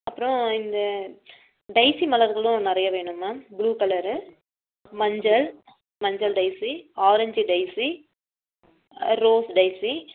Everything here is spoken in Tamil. அப்புறம் இந்த டெய்ஸி மலர்களும் நிறைய வேணும் மேம் ப்ளூ கலரு மஞ்சள் மஞ்சள் daisy orange daisy rose daisy